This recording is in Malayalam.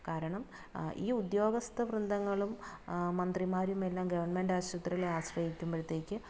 കാരണം ഈ ഉദ്യോഗസ്ഥ വൃന്ദങ്ങളും മന്ത്രിമാരുമെല്ലാം ഗവണ്മെൻറ്റാശുപത്രികളെ ആശ്രയിക്കുമ്പോഴത്തേക്ക്